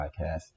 podcast